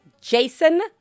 Jason